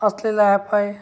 असलेल्या ह पाय